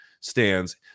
stands